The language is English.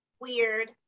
weird